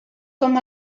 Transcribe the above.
com